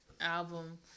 album